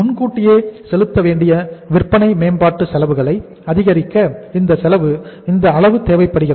முன்கூட்டியே செலுத்த வேண்டிய விற்பனை மேம்பாட்டு செலவுகளை ஆதரிக்க இந்த அளவு தேவைப்படுகிறது